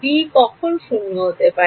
b কখন শূন্য হতে পারে